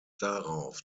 darauf